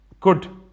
good